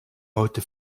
heute